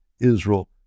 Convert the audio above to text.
Israel